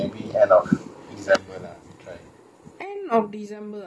end of december lah ya I think should be ya that's for december